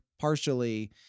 partially